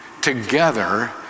together